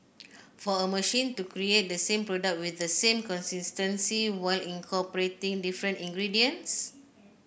for a machine to create the same product with the same consistency while incorporating different ingredients